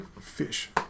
Fish